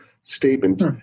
statement